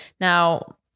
now